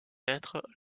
être